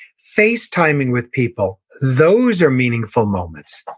face-timing with people, those are meaningful moments.